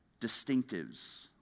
distinctives